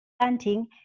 planting